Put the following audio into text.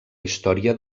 història